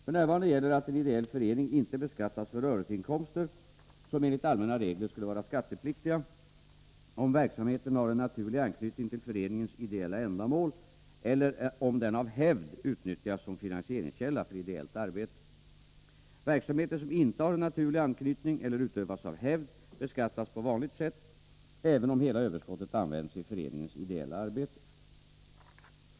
F. n. gäller att en ideell förening inte beskattas för rörelseinkomster, som enligt allmänna regler skulle vara skattepliktiga, om verksamheten har en naturlig anknytning till föreningens ideella ändamål eller om den av hävd utnyttjas som finansieringskälla för ideellt arbete. Verksamheter som inte har en naturlig anknytning eller utövas av hävd beskattas på vanligt sätt, även om hela överskottet används i föreningens ideella arbete.